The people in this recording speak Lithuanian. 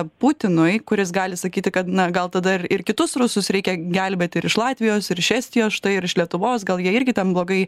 putinui kuris gali sakyti kad na gal tada ir ir kitus rusus reikia gelbėti ir iš latvijos ir iš estijos štai ir iš lietuvos gal jie irgi ten blogai